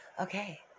okay